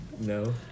No